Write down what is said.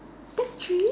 that's three